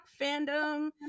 fandom